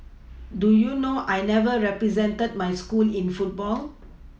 do you know I never represented my school in football